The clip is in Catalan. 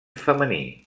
femení